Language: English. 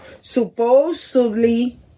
supposedly